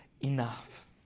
enough